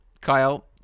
Kyle